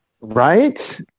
Right